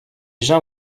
gens